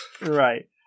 Right